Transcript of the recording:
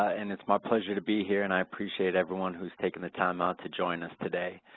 and it's my pleasure to be here and i appreciate everyone who's taking the time out to join us today.